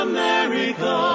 America